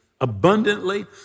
abundantly